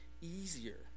easier